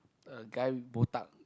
a guy botak